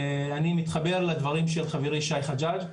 ואני מתחבר לדברים של חברי שי חג'ג',